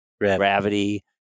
gravity